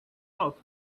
off